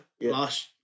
last